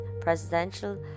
presidential